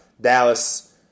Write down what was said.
Dallas